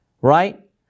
right